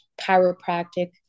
chiropractic